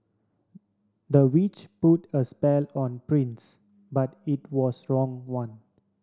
the witch put a spell on prince but it was wrong one